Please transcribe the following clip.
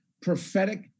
prophetic